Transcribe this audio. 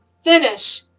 finish